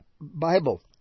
Bible